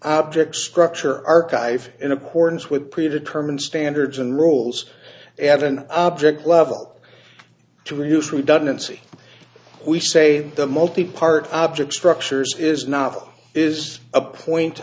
object structure archive in accordance with pre determined standards and rules add an object level to reduce redundancy we say the multipart object structures is not is a point